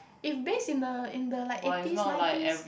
if based in the in the like eighties nineties